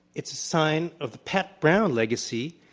it's a sign of the pat brown legacy,